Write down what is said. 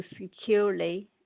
securely